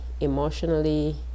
emotionally